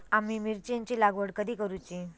आम्ही मिरचेंची लागवड कधी करूची?